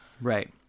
right